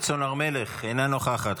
תודה רבה.